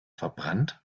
verbrannt